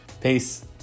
peace